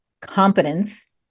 competence